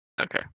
Okay